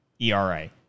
ERA